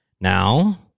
Now